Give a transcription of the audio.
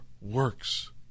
works